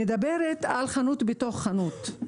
את מדברת על חנות בתוך חנות.